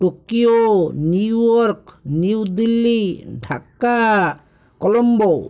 Tokyo New York New Delhi Dhaka Colombo